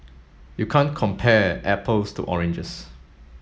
you can't compare apples to oranges